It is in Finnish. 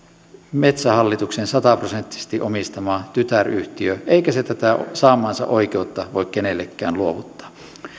metsähallituksen sataprosenttisesti omistama tytäryhtiö eikä se tätä saamaansa oikeutta voi kenellekään luovuttaa